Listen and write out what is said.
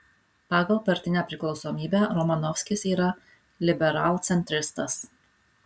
pagal partinę priklausomybę romanovskis yra liberalcentristas